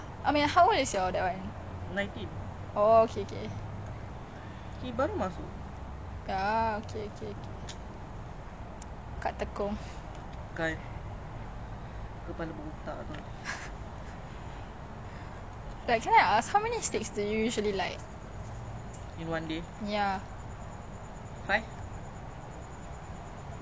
yeah oh okay is that a lot I have friends that habis satu kotak like one kotak per day like how what the fuck oh !wow! isn't it like mahal because I have friends also they pokgai pun masih nak beli rokok